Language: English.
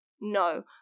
no